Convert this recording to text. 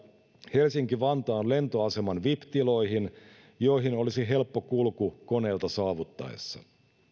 helsinki vantaan lentoaseman vip tiloihin joihin olisi helppo kulku koneelta saavuttaessa